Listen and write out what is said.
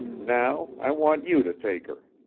now i want you to take her.